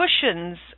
cushions